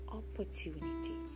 opportunity